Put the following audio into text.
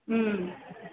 ம்